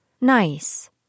nice